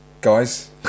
guys